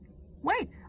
Wait